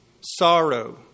sorrow